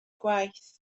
gwaith